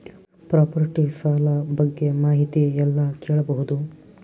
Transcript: Property ಸಾಲ ಬಗ್ಗೆ ಮಾಹಿತಿ ಎಲ್ಲ ಕೇಳಬಹುದು?